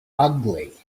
ugly